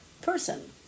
person